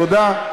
תודה.